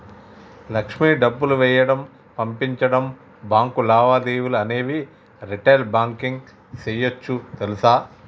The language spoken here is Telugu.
లక్ష్మి డబ్బులు వేయడం, పంపించడం, బాంకు లావాదేవీలు అనేవి రిటైల్ బాంకింగ్ సేయోచ్చు తెలుసా